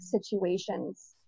situations